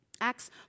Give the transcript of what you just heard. Acts